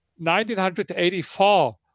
1984